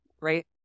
right